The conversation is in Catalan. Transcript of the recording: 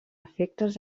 efectes